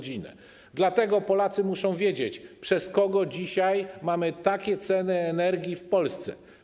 Dlatego Polacy muszą wiedzieć, przez kogo dzisiaj mamy takie ceny energii w Polsce.